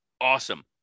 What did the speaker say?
Awesome